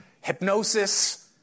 hypnosis